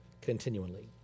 continually